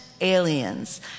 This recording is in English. aliens